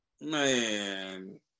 man